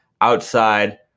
outside